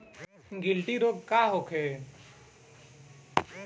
गिल्टी रोग का होखे?